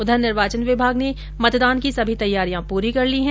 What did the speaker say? उधर निर्वाचन विभाग ने मतदान की सभी तैयारियां पूरी कर ली है